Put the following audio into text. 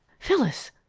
phyllis!